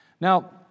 Now